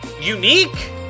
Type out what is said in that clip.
unique